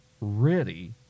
ready